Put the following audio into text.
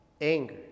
anger